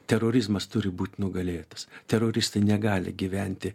terorizmas turi būt nugalėtas teroristai negali gyventi